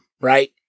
right